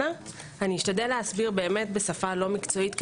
אשתדל להסביר בשפה לא מקצועית,